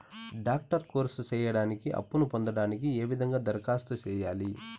Doctor course సేయడానికి అప్పును పొందడానికి ఏ విధంగా దరఖాస్తు సేయాలి?